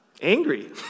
angry